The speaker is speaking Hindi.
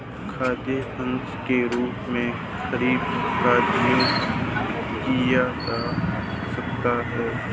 खाद्य फंगस के रूप में खमीर का जिक्र किया जा सकता है